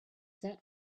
set